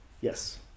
Yes